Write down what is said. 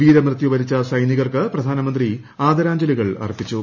വീരമൃത്യു വരിച്ച സൈനികർക്ക് പ്രധാനമന്ത്രി ആദരാഞ്ജലികൾ അർപ്പിച്ചു